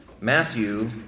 Matthew